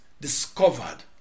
discovered